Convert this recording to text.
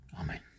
Amen